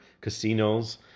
casinos